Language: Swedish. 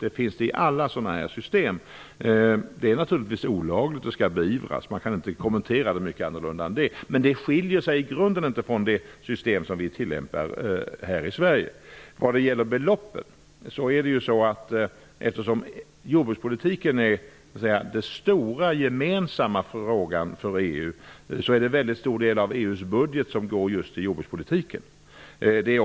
Det gör det med alla sådana här system. Det är naturligtvis olagligt och skall beivras. Man kan inte kommentera det på ett annat sätt. I grunden skiljer sig EU:s system inte från det som vi tillämpar här i Sverige. Eftersom jordbrukspolitiken är den stora gemensamma frågan i EU går en stor del av EU:s budget just till jordbrukspolitiken.